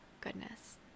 goodness